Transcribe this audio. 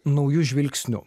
nauju žvilgsniu